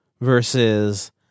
versus